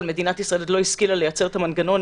אבל מדינת ישראל עוד לא השכילה לייצר את המנגנון